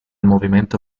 movimento